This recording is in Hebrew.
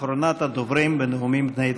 אחרונת הדוברים בנאומים בני דקה.